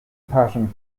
pattern